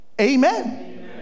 Amen